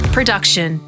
Production